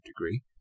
degree